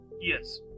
Yes